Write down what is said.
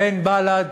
בין בל"ד